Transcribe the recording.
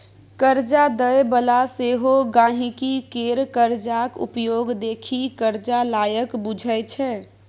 करजा दय बला सेहो गांहिकी केर करजाक उपयोग देखि करजा लायक बुझय छै